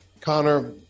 Connor